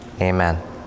Amen